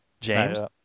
james